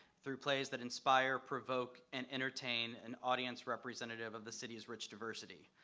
through plays that inspire, provoke and entertain an audience representative of the city's rich diversity.